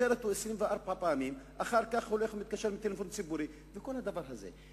דוקר אותו 24 פעמים ואחר כך הולך ומתקשר מטלפון ציבורי וכל הדבר הזה,